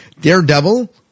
Daredevil